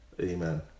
Amen